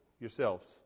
yourselves